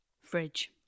Fridge